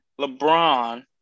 LeBron